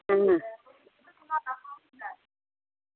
अं